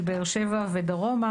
של באר שבע ודרומה,